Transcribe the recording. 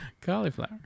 Cauliflower